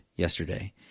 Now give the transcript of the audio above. yesterday